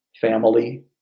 family